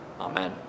amen